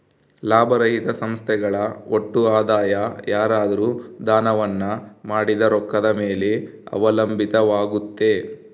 ಲಾಭರಹಿತ ಸಂಸ್ಥೆಗಳ ಒಟ್ಟು ಆದಾಯ ಯಾರಾದ್ರು ದಾನವನ್ನ ಮಾಡಿದ ರೊಕ್ಕದ ಮೇಲೆ ಅವಲಂಬಿತವಾಗುತ್ತೆ